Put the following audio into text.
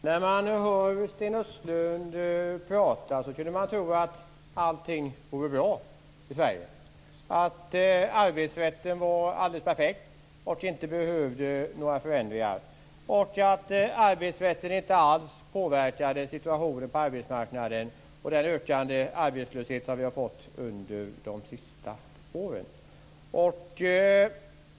Herr talman! När man hör Sten Östlund prata kan man tro att allting är bra i Sverige, att arbetsrätten är alldeles perfekt och inte behöver förändras. Man kan tro att arbetsrätten inte alls påverkar situationen på arbetsmarknaden med den ökande arbetslöshet som vi har fått under de senaste åren.